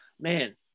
man